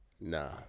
nah